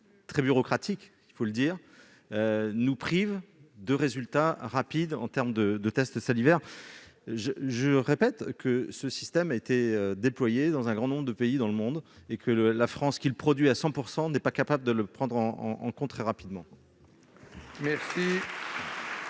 très bureaucratique- il faut le dire -, nous prive de résultats rapides en matière de tests salivaires. Je répète que ce système a été déployé dans un grand nombre de pays dans le monde ; la France, qui le produit à 100 %, n'est pas capable de le prendre en compte à très court terme.